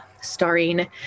starring